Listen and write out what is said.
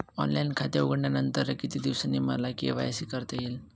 Online खाते उघडल्यानंतर किती दिवसांनी मला के.वाय.सी करता येईल?